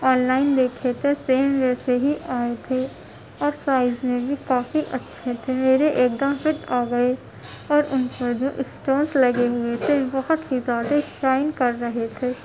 on line دیکھے تھے same ویسے ہی آئے تھے اور پرائز میں بھی کافی اچھے تھے میرے ایک دم فٹ آ گئے اور ان پر جو اسٹارس لگے ہوئے تھے بہت ہی زیادہ شائن کر رہے تھے